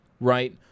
right